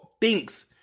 thinks